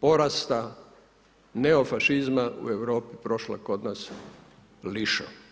porasta neofašizma u Europi prošla kod nas lišo.